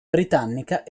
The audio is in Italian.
britannica